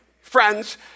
friends